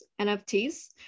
NFTs